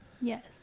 Yes